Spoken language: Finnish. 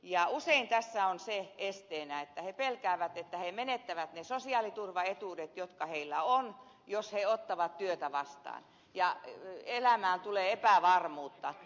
ja usein tässä on esteenä se että he pelkäävät menettävänsä ne sosiaaliturvaetuudet jotka heillä on jos he ottavat työtä vastaan ja elämään tulee epävarmuutta